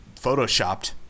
photoshopped